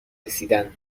رسیدن